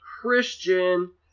Christian